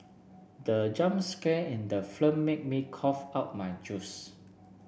the jump scare in the film made me cough out my juice